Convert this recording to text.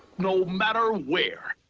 no matter where!